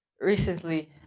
recently